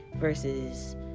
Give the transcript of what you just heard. versus